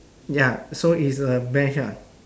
ya so it's a bench ah